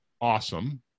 awesome